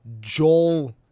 Joel